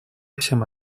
всем